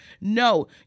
no